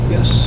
Yes